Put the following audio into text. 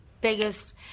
biggest